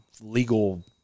legal